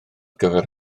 gyfer